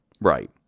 right